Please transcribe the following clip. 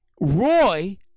Roy